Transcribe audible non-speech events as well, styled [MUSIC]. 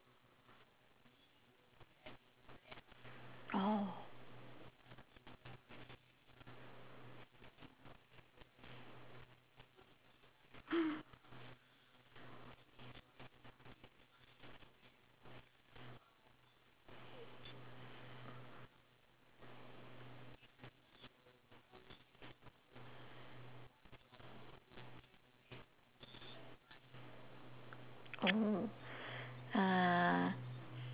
oh [LAUGHS] oo uh